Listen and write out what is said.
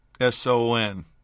S-O-N